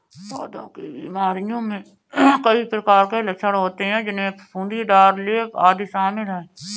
पौधों की बीमारियों में कई प्रकार के लक्षण होते हैं, जिनमें फफूंदीदार लेप, आदि शामिल हैं